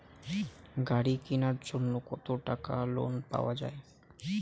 গাড়ি কিনার জন্যে কতো টাকা লোন পাওয়া য়ায়?